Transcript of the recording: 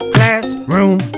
Classroom